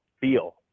feel